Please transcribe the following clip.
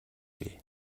бий